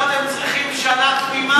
אולי תסביר לנו למה אתם צריכים שנה תמימה?